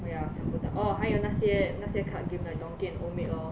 oh ya 想不到 orh 还有那些那些 card game like donkey and old maid lor